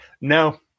No